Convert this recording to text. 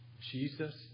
Jesus